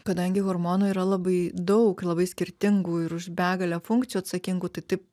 kadangi hormonų yra labai daug labai skirtingų ir už begalę funkcijų atsakingų tai taip